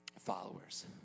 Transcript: followers